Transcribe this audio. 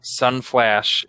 Sunflash